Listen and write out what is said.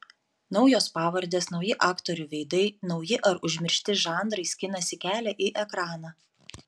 naujos pavardės nauji aktorių veidai nauji ar užmiršti žanrai skinasi kelią į ekraną